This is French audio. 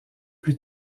plus